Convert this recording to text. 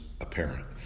apparent